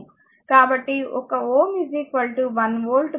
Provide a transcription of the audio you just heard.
కాబట్టి ఒక Ω 1 వోల్ట్ఆంపియర్